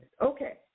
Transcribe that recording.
Okay